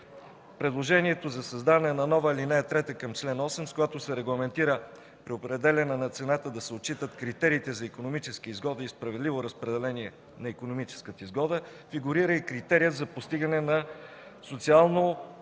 Предложението за създаване на нова ал. 3 към чл. 8, с която при определяне на цената се регламентира да се отчитат критериите за икономическа изгода и справедливо разпределение на икономическата изгода, фигурира и критерият за постигане на социално